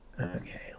Okay